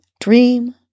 dream